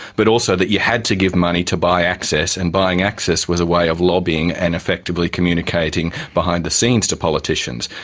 but also that you had to give money to buy access and buying access was a way of lobbying and effectively communicating behind-the-scenes to politicians.